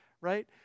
right